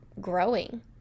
growing